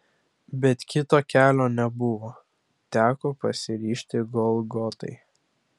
bet kito kelio nebuvo teko pasiryžti golgotai